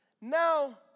Now